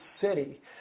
city